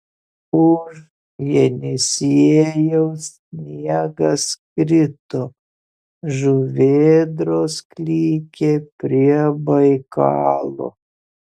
už jenisiejaus sniegas krito žuvėdros klykė prie baikalo